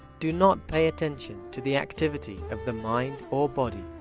do not pay attention to the activity of the mind or body.